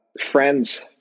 Friends